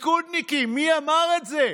ליכודניקים, מי אמר את זה?